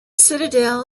citadel